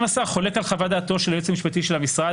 אם השר חולק על חוות דעתו של היועץ המשפטי של המשרד,